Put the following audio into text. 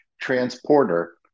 transporter